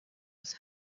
was